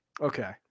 Okay